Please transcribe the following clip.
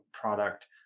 product